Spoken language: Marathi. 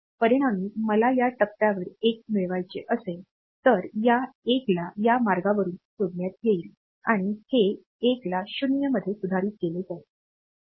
परिणामी मला या टप्प्यावर 1 मिळवायचे असेल तर या 1 ला या मार्गावरून सोडण्यात येईल आणि हे 1ला 0 मध्ये सुधारित केले जाईल